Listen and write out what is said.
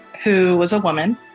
who was a woman,